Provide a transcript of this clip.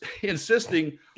insisting